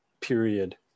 period